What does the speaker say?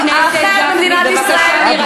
במדינת ישראל.